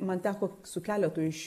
man teko su keletu iš